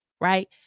right